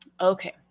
Okay